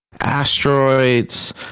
asteroids